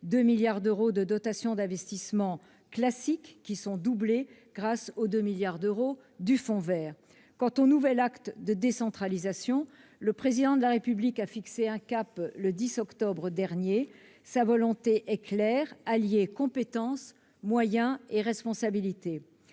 2 milliards d'euros pour les investissements, qui est doublée grâce aux 2 milliards d'euros du fonds vert. Quant au nouvel acte de décentralisation, le Président de la République a fixé son cap le 10 octobre dernier. Sa volonté est claire : allier compétences, moyens et responsabilités.